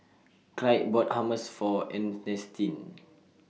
Clide bought Hummus For Ernestine